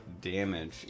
damage